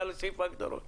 הערה לסעיף ההגדרות?